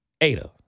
Ada